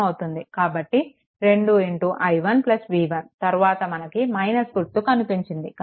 కాబట్టి 2i1 v1 తరువాత మనకు - గుర్తు కనిపించింది కనుక 20 0